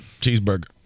Cheeseburger